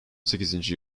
sekizinci